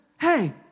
Hey